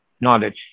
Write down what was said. knowledge